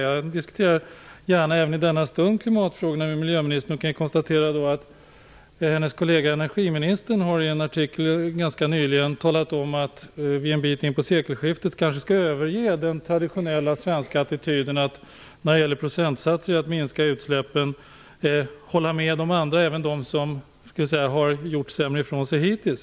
Jag diskuterar gärna även i denna stund klimatfrågorna med miljöministern. Hennes kollega energiministern har i en artikel ganska nyligen talat om att vi en bit in på sekelskiftet kanske skall överge den traditionella svenska attityden att minska utsläppen när det gäller procentsatser. Vi får kanske hålla med de andra, även de som har gjort sämre ifrån sig hittills.